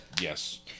yes